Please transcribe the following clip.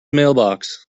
mailbox